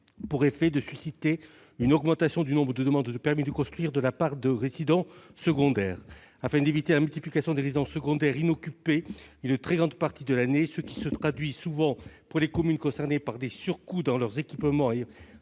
pour effet de susciter une augmentation du nombre de demandes de permis de construire de la part de résidents secondaires. Afin d'éviter la multiplication des résidences secondaires inoccupées une très grande partie de l'année, ce qui se traduit souvent pour les communes concernées par des surcoûts dans leurs équipements et